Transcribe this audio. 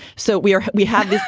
so we are we have